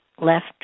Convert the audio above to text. left